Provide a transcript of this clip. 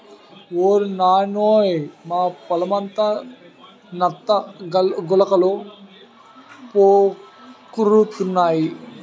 ఓరి నాయనోయ్ మా పొలమంతా నత్త గులకలు పాకురుతున్నాయి